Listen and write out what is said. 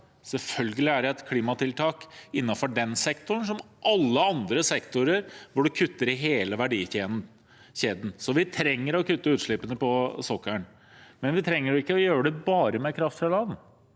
Selvfølgelig er det et klimatiltak innenfor den sektoren, slik som i alle andre sektorer hvor en kutter i hele verdikjeden. Vi trenger å kutte utslippene på sokkelen, men vi trenger ikke å gjøre det bare med kraft fra land.